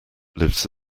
lives